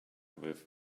with